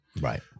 Right